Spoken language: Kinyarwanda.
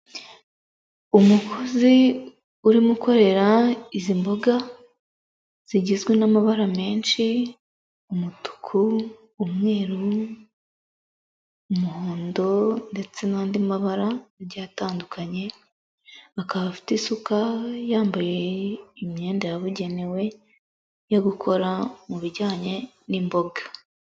Umukozi urimo ukorera izi mboga zigizwe n'amabara menshi, umutuku umweru, umuhondo ndetse n'andi mabara agiye atandukanye, akaba afite isuka yambaye imyenda yabugenewe yo gukora mu bijyanye n'imboga.